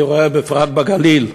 אני רואה, בפרט בגליל,